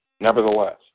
Nevertheless